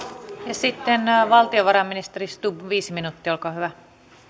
sitten valtiovarainministeri stubb viisi minuuttia olkaa hyvä